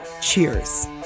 Cheers